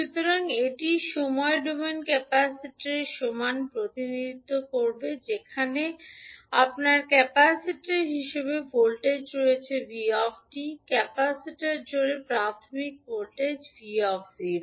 সুতরাং এটি সময় ডোমেনে ক্যাপাসিটরের সমান প্রতিনিধিত্ব যেখানে আপনার ক্যাপাসিটর হিসাবে ভোল্টেজ রয়েছে 𝑣 𝑡 ক্যাপাসিটর জুড়ে প্রাথমিক ভোল্টেজ 𝑣